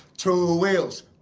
two wheels